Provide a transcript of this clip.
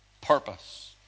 Purpose